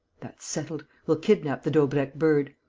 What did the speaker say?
that's settled! we'll kidnap the daubrecq bird.